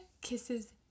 kisses